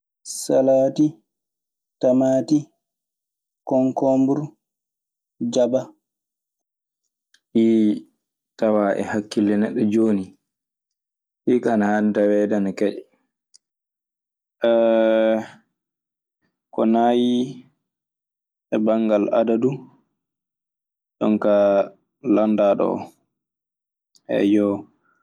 Salati, tamati, konkonbru, jaba. Ɗii tawaa e hakkille neɗɗo jooni. Ɗii ka ana haani taweede ana keƴa. ko nayi e banngal adadu jooni kay laamdaa ɗo, eyyo.